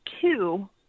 two